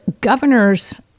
governors